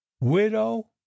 widow